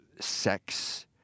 sex